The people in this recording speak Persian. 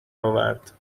آورد